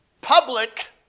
public